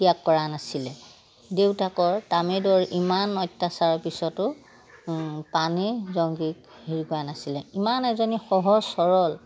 ত্যাগ কৰা নাছিলে দেউতাকৰ তামেদৈৰ ইমান অত্যাচাৰৰ পিছতো পানেইয়ে জংকীক হেৰি কৰা নাছিলে ইমান এজনী সহজ সৰল